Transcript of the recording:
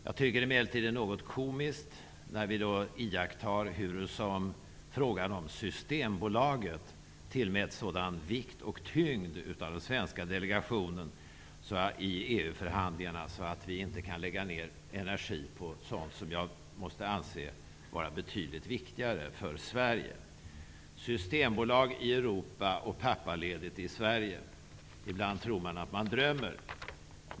Jag tycker emellertid att det är något komiskt när vi iakttar hurusom frågan som Systembolaget tillmäts sådan vikt och tyngd av den svenska delegationen i EU-förhandlingarna att vi inte kan lägga ner energi på sådant som jag måste anse vara betydligt viktigare för Sverige. Ibland tror man att man drömmer.